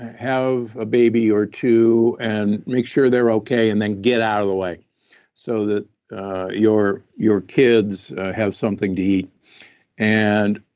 have a baby or two, and make sure they're okay, and then get out of the way so that your your kids have something to eat. and